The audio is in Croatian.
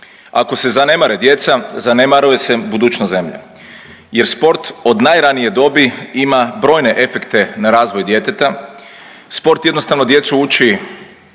Ako se zanemare djeca, zanemaruje se budućnost zemlje jer sport od najranije dobi ima brojne efekte na razvoj djeteta, sport jednostavno djecu uči